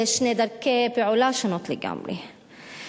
שתי דרכי פעולה שונות לגמרי.